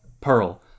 Pearl